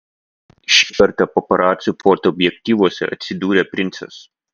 šį kartą paparacų fotoobjektyvuose atsidūrė princas